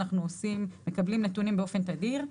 אנחנו מקבלים נתונים באופן תדיר.